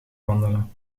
wandelen